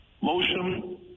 motion